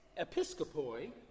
episkopoi